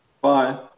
Bye